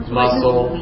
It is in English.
muscle